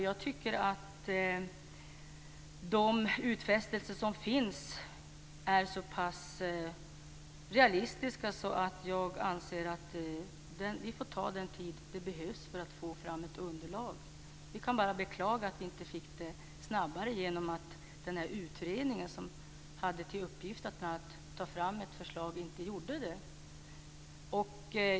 Jag tycker att de utfästelser som finns är så pass realistiska att jag anser att vi får ta den tid som behövs för att få fram ett underlag. Vi kan bara beklaga att vi inte fick det snabbare. Det berodde på att den utredning som hade till uppgift att ta fram ett förslag inte gjorde det.